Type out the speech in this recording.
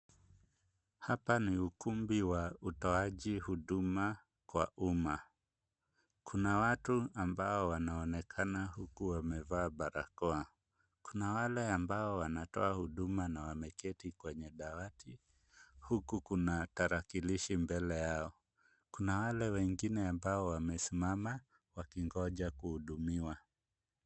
Hapa ni ukumbi wa utoaji huduma kwa umma. Kuna watu ambao wanaonekana huku wamevaa barakoa. Kuna wale ambao wanatoa huduma na wameketi kwenye dawati huku kuna tarakilishi mbele yao. Kuna wale wengine ambao wamesimama wakingoja kuhudumiwa.